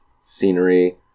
scenery